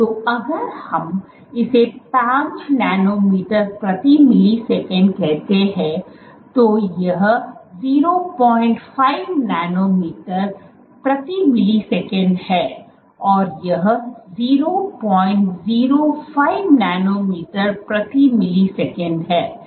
तो अगर हम इसे 5 नैनोमीटर प्रति मिलीसेकंड कहते हैं तो यह 05 नैनोमीटर प्रति मिलीसेकंड है और यह 005 नैनोमीटर प्रति मिलीसेकंड है